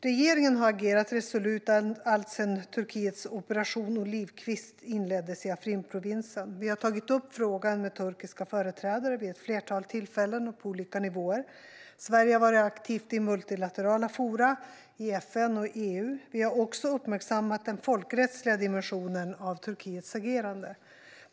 Regeringen har agerat resolut alltsedan Turkiets Operation olivkvist inleddes i Afrinprovinsen. Vi har tagit upp frågan med turkiska företrädare vid ett flertal tillfällen och på olika nivåer. Sverige har varit aktivt i multilaterala forum i FN och EU. Vi har också uppmärksammat den folkrättsliga dimensionen av Turkiets agerande.